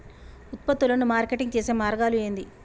ఉత్పత్తులను మార్కెటింగ్ చేసే మార్గాలు ఏంది?